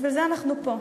בשביל זה אנחנו פה.